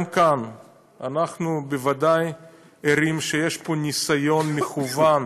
גם שם אנחנו בוודאי ערים לכך שיש פה ניסיון מכוון